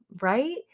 Right